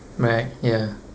right ya